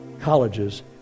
colleges